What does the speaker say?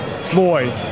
Floyd